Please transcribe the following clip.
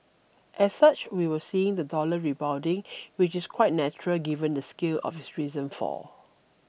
as such we were seeing the dollar rebounding which is quite natural given the scale of its recent fall